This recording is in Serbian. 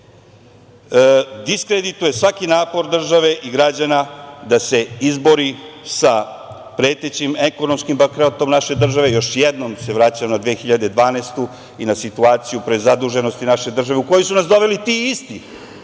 diskredituje svaki napor države i građana da se izbori sa pretećim ekonomskim bankrotom naše države. Još jednom se vraćam na 2012. godinu i na situaciju prezaduženosti naše države, u koju su nas doveli ti isti